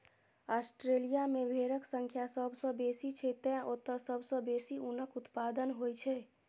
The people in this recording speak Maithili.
ऑस्ट्रेलिया मे भेड़क संख्या सबसं बेसी छै, तें ओतय सबसं बेसी ऊनक उत्पादन होइ छै